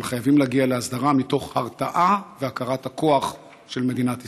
אבל חייבים להגיע להסדרה מתוך הרתעה והכרת הכוח של מדינת ישראל.